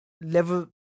level